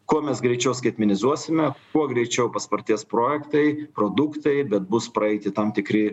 kuo mes greičiau skaitmenizuosime kuo greičiau paspartės projektai produktai bet bus praeiti tam tikri